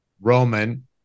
roman